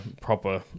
proper